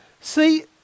See